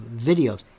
videos